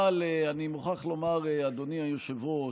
אבל אני מוכרח לומר, אדוני היושב-ראש,